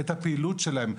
את הפעילות שלהם.